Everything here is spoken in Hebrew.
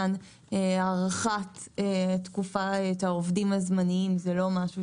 הארכת תקופת העובדים הזמניים זה לא משהו